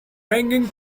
ringing